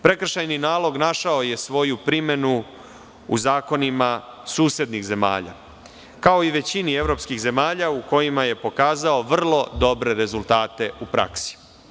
Prekršajni nalog našao je svoju primenu u zakonima susednih zemalja, kao i većini evropskih zemalja u kojima je pokazao vrlo dobre rezultate u praksi.